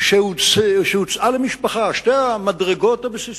שהוצעה למשפחה, שתי המדרגות הבסיסיות,